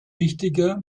wichtiger